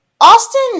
Austin